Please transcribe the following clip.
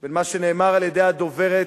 בין מה שנאמר על-ידי הדוברת